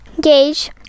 Gage